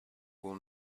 will